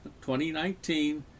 2019